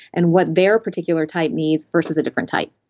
and what their particular type needs versus a different type